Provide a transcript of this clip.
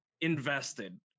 invested